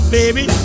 baby